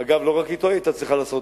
אגב, לא רק אתו היא היתה צריכה לעשות.